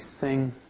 sing